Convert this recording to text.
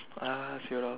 ah